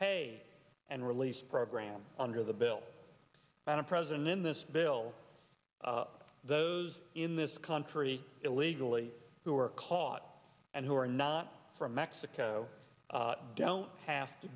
pay and release program under the bill when a president in this bill those in this country illegally who are caught and who are not from mexico don't have to